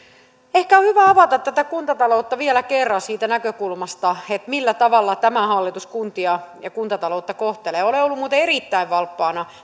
ehkä on hyvä avata tätä kuntataloutta vielä kerran siitä näkökulmasta millä tavalla tämä hallitus kuntia ja kuntataloutta kohtelee olen ollut muuten erittäin valppaana